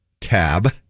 tab